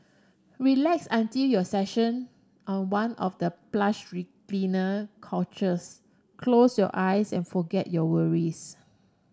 relax until your session on one of the plush recliner couches close your eyes and forget your worries